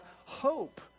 hope